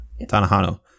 Tanahano